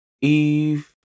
Eve